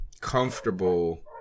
comfortable